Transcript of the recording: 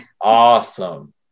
Awesome